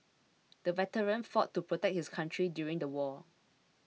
the veteran fought to protect his country during the war